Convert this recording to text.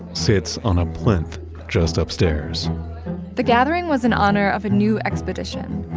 sits on a plinth just upstairs the gathering was in honor of a new expedition,